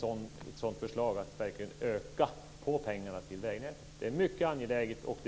för ett förslag att verkligen öka anslaget till vägnätet. Det är mycket angeläget.